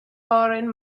orainn